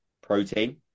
protein